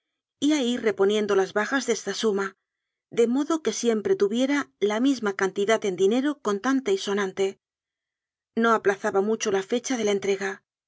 ir reponiendo las bajas de esta suma de modo que siempre tuviera la misma cantidad en dinero con tante y sonante no aplazaba mucho la fecha de la entrega